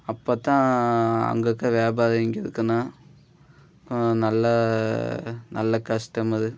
அப்போ தான் அங்கே இருக்கற வியாபாரிகளுக்கெல்லாம் நல்ல நல்ல கஷ்டம் அது